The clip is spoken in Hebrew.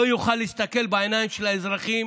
הוא לא יוכל להסתכל בעיניים של האזרחים